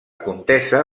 contesa